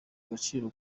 agaciro